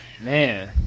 Man